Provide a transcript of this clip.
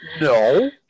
No